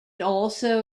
also